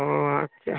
ও আচ্ছা